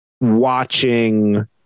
watching